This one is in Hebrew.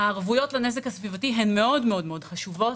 הערבויות לנזק הסביבתי הן מאוד-מאוד חשובות.